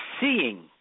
seeing